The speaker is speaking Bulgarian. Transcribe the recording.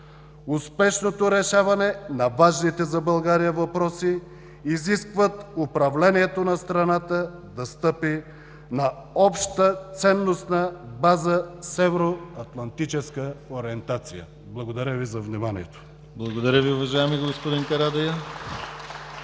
Успешното решаване на важните за България въпроси изискват управлението на страната да стъпи на обща ценността база с евроатлантическа ориентация. Благодаря Ви за вниманието. (Ръкопляскания